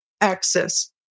access